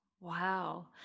Wow